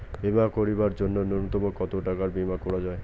বীমা করিবার জন্য নূন্যতম কতো টাকার বীমা করা যায়?